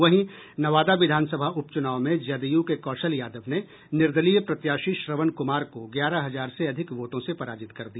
वहीं नवादा विधानसभा उपचुनाव में जदयू के कौशल यादव ने निर्दलीय प्रत्याशी श्रवण कुमार को ग्यारह हजार से अधिक वोटों से पराजित कर दिया